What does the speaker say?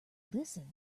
listen